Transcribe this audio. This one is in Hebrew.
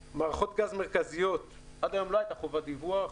מערכות גז מרכזיות עד היום לא הייתה חובת דיווח.